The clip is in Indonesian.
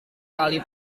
kali